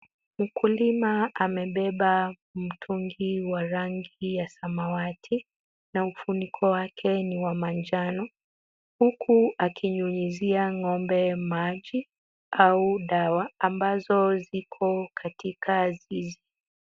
Mkulima amebeba mtungi wa rangi ya Samawati na ufuniko wake ni wa manjano huku akinyunyizia ng'ombe maji au dawa ambao wako katika zizi.